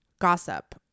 gossip